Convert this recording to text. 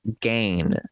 gain